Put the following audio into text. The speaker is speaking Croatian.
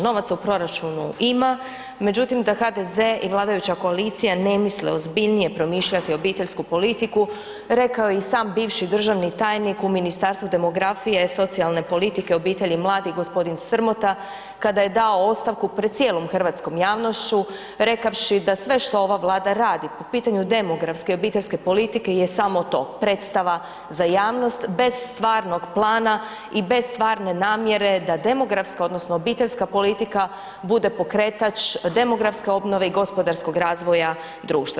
Novaca u proračunu ima, međutim da HDZ i vladajuća koalicija ne misle ozbiljnije promišljati obiteljsku politiku rekao je i sam bivši državni tajnik u Ministarstvu demografije, socijalne politike, obitelji i mladih g. Strmota kada je dao ostavku pred cijelom hrvatskom javnošću rekavši da sve što ova Vlada radi po pitanju demografske i obiteljske politike je samo to, predstava za javnost bez stvarnog plana i bez stvarne namjere da demografska odnosno obiteljska politika bude pokretač demografske obnove i gospodarskog razvoja društva.